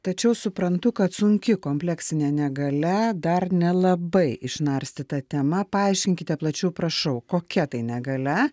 tačiau suprantu kad sunki kompleksinė negalia dar nelabai išnarstyta tema paaiškinkite plačiau prašau kokia tai negalia